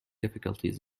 difficulties